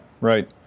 Right